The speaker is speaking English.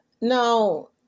Now